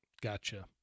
Gotcha